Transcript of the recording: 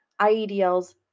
IEDLs